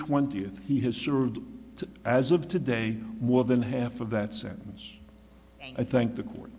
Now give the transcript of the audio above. twentieth he has served as of today more than half of that sentence i think the court